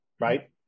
right